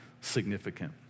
significant